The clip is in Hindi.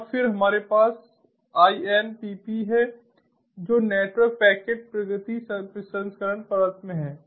और फिर हमारे पास INPP है जो नेटवर्क पैकेट प्रगति प्रसंस्करण परत में है